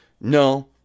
no